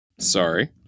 Sorry